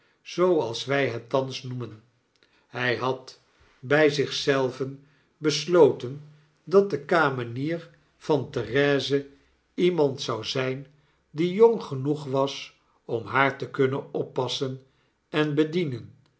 zooals wy het thans noemen hy had bij zich zelven besloten dat de kamenier van therese iemand zou zyn die jong genoeg was om haartekunnen oppassen en bedienen